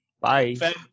Bye